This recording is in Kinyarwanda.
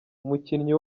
umukinnyi